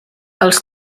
els